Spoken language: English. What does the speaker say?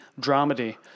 dramedy